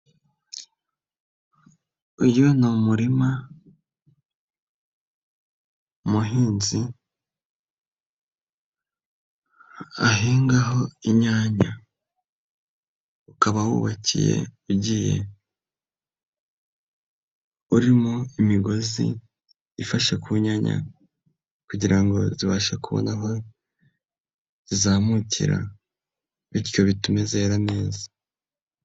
Uyu ni umurima umuhinzi ahingaho inyanya ukaba wubakiye ugiye urimo imigozi ifashe ku nyanya kugira zibashe kubona aho zizamukira bityo bitume zera neza.